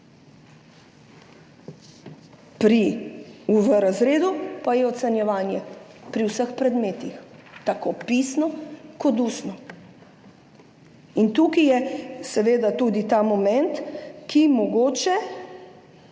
V razredu pa je ocenjevanje pri vseh predmetih, tako pisno kot ustno. In tukaj je seveda tudi ta moment, na